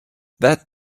that